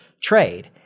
trade